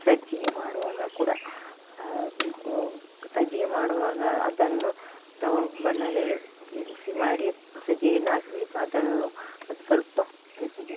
ಸಜ್ಜಿಗೆ ಮಾಡುವಾಗ ಕೂಡ ಸಜ್ಜಿಗೆ ಮಾಡುವಾಗ ಅದನ್ನು ತವ ಬಾಣಲೆ ಬಿಸಿ ಮಾಡಿ ಸಜ್ಜಿಗೆಯನ್ನು ಹಾಕ್ಬೇಕ್ ಅದನ್ನು ಅದು ಸ್ವಲ್ಪ ಬಿಸಿ ಬಿಸಿ